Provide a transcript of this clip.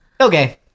Okay